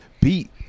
beat